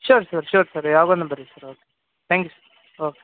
sure sir sure sir ಯಾವಾನು ಬರ್ರೀ sir okay thank you okay